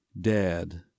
Dad